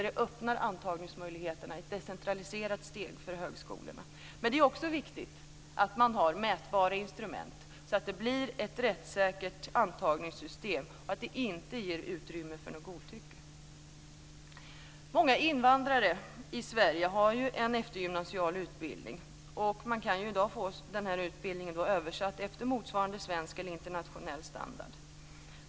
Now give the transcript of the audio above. Det förändrar antagningsmöjligheterna och är ett steg mot decentralisering för högskolorna. Det är också viktigt att man har bra instrument, så att det blir ett rättssäkert antagningssystem som inte ger utrymme för godtycke. Många invandrare i Sverige har en eftergymnasial utbildning. Man kan i dag få den utbildningen översatt till motsvarande svensk eller internationell standard.